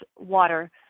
water